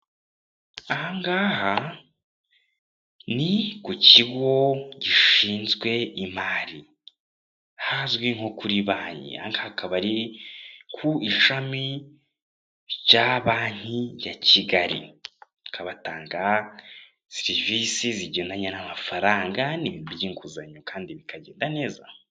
Aha ngaha ni ku kigo gishinzwe imari, hazwi nko kuri kuri banki. Aha ngaha akaba ari ku ishami rya banki ya Kigali. Bakaba batanga serivisi zigendanye n'amafaranga n'ibintu by'inguzanyo kandi bikagenda neza.